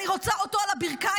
אני רוצה אותו על הברכיים.